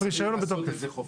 צריך לעשות את זה חופף.